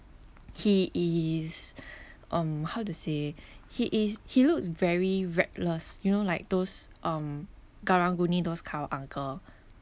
he is um how to say he is he looks very reckless you know like those um karang guni those kind of uncle